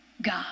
God